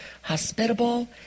hospitable